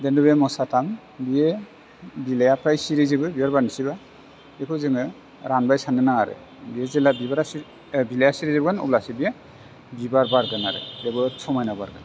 डेनदरियाम मसाथाम बेयो बिलाइया फ्राय सिरिजोबो बिबार बारनोसैबा बेखौ जोङो रानबाय साननो नाङा आरो बियो जेब्ला बिबारा सिरि बिलाइया सिरि जोबगोन अब्लासो बियो बिबार बारगोन आरो जोबोर समायना बारगोन